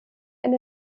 eine